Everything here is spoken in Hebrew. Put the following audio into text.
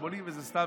וזה סתם,